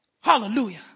Hallelujah